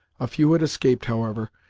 a few had escaped, however,